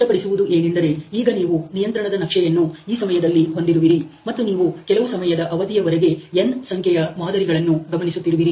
ಸ್ಪಷ್ಟಪಡಿಸುವುದು ಏನೆಂದರೆ ಈಗ ನೀವು ನಿಯಂತ್ರಣದ ನಕ್ಷೆಯನ್ನು ಈ ಸಮಯದಲ್ಲಿ ಹೊಂದಿರುವಿರಿ ಮತ್ತು ನೀವು ಕೆಲವು ಸಮಯದ ಅವಧಿಯವರೆಗೆ 'n' ಸಂಖ್ಯೆಯ ಮಾದರಿಗಳನ್ನು ಗಮನಿಸುತ್ತಿರುವಿರಿ